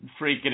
freaking